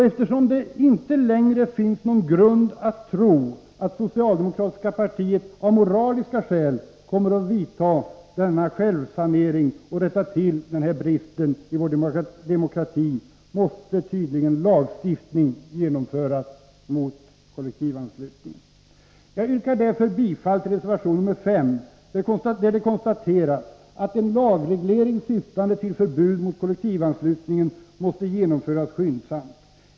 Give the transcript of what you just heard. Eftersom det inte längre finns någon grund för att tro att det socialdemokratiska partiet av moraliska skäl kommer att vidta denna självsanering och rätta till denna brist i vår demokrati, måste tydligen lagstiftning mot kollektivanslutningen genomföras. Jag yrkar därför bifall till reservation nr 5, där det konstateras att en lagreglering syftande till förbud mot kollektivanslutningen måste genomföras skyndsamt.